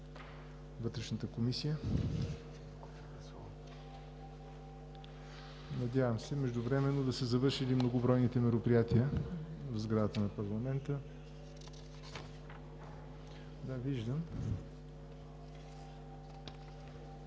Вътрешната комисия. Надявам се междувременно да са завършили многобройните мероприятия в сградата на парламента. Стигнахме